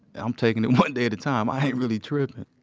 i'm takin' it one day at a time. i ain't really trippin'.